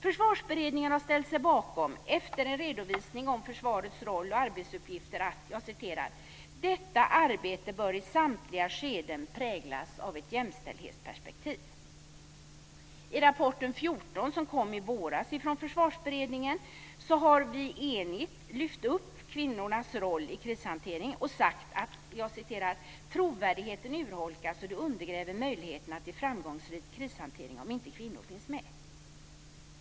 Försvarsberedningen har ställt sig bakom, efter en redovisning av försvarets roll och arbetsuppgifter, att "detta arbete bör i samtliga skeden präglas av ett jämställdhetsperspektiv". I rapport 14, som kom i våras från Försvarsberedningen, har vi enigt lyft upp kvinnornas roll i krishanteringen och sagt "att trovärdigheten urholkas och det undergräver möjligheterna till framgångsrik krishantering om inte kvinnor finns med".